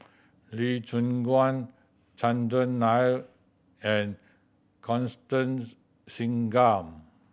Lee Choon Guan Chandran Nair and Constance Singam